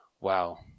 Wow